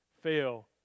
fail